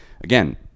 again